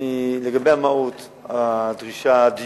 לגבי המהות, הדרישה, הדיון,